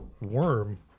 worm